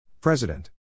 President